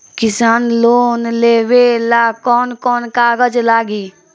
किसान लोन लेबे ला कौन कौन कागज लागि?